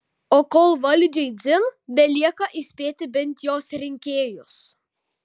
o kol valdžiai dzin belieka įspėti bent jos rinkėjus